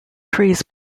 trees